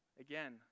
Again